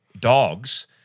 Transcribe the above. dogs